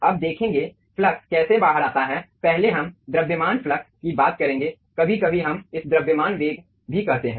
अब देखेंगे फ्लक्स कैसे बाहर आता है पहले हम द्रव्यमान फ्लक्स की बात करेंगे कभी कभी हम इस द्रव्यमान वेग भी कहते हैं